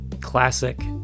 classic